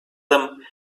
them